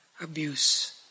abuse